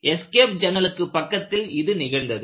escape ஜன்னலுக்குப் பக்கத்தில் இது நிகழ்ந்தது